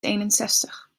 eenenzestig